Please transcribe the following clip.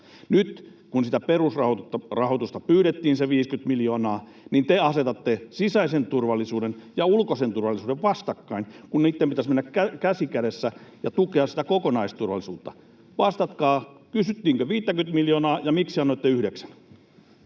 Nyt kun sitä perusrahoitusta pyydettiin se 50 miljoonaa, niin te asetatte sisäisen turvallisuuden ja ulkoisen turvallisuuden vastakkain, kun niitten pitäisi mennä käsi kädessä ja tukea sitä kokonaisturvallisuutta. Vastatkaa: kysyttiinkö 50:tä miljoonaa, ja miksi annoitte yhdeksän?